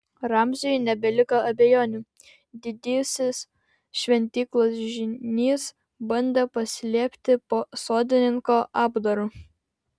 ramziui nebeliko abejonių didysis šventyklos žynys bandė pasislėpti po sodininko apdaru